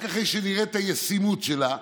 רק אחרי שנראה את הישימות שלה,